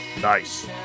Nice